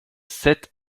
sept